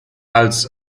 als